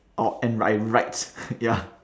or and I write ya